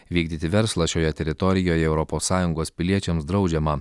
vykdyti verslą šioje teritorijoje europos sąjungos piliečiams draudžiama